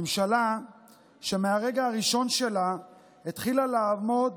ממשלה שמהרגע הראשון שלה התחילה לעמוד